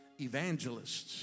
evangelists